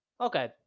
Okay